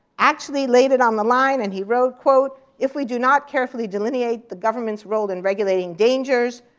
actually laid it on the line and he wrote, quote, if we do not carefully delineate the government's role in regulating dangers,